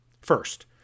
First